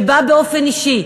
שבא באופן אישי,